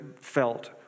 felt